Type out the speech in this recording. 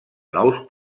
nous